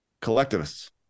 Collectivists